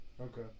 Okay